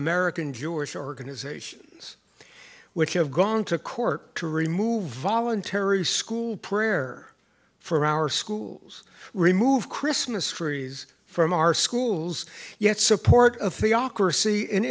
american jewish organizations which have gone to court to remove voluntary school prayer for our schools remove christmas trees from our schools yet support of theocracy in